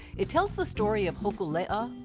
it tells the story of hokulea,